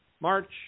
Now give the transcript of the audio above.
March